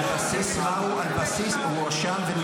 על בסיס מה הוא הואשם?